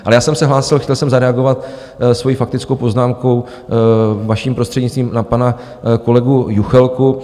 Ale já jsem se hlásil, chtěl jsem zareagovat svou faktickou poznámkou, vaším prostřednictvím, na pana kolegu Juchelku.